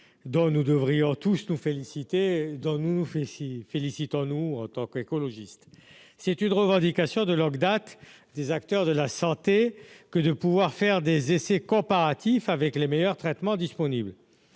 dont nous devrions tous nous féliciter dont nous fait ici félicitant nous en tant qu'écologistes, c'est une revendication de l'orgue date des acteurs de la santé que de pouvoir faire des essais comparatifs avec les meilleurs traitements disponibles,